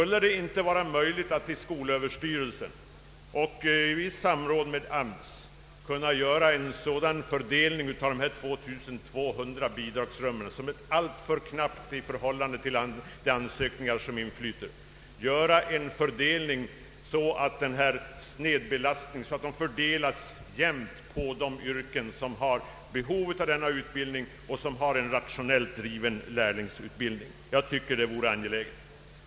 Vore det inte möjligt för skolöverstyrelsen att i samråd med AMS göra en sådan fördelning av dessa 2200 bidragsrum, vilket är alltför knappt i förhållande till de ansökningar som inflyter, att bidragsrummen fördelades jämnt på de yrken som har behov av utbildning och där lärlingsutbildningen bedrivs rationellt?